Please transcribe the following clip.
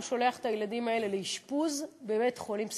הוא שולח את הילדים האלה לאשפוז בבית-חולים פסיכיאטרי.